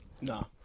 No